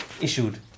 issued